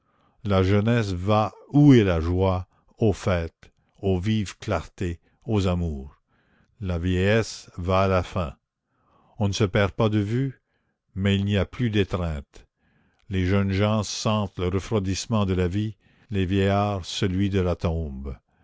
la jeunesse va où est la joie aux fêtes aux vives clartés aux amours la vieillesse va à la fin on ne se perd pas de vue mais il n'y a plus d'étreinte les jeunes gens sentent le refroidissement de la vie les vieillards celui de la tombe